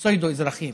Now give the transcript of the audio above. פסאודו-אזרחים.